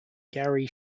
garry